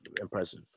Impressive